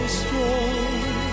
strong